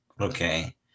Okay